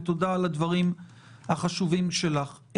ותודה על הדברים החשובים שלך.